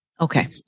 Okay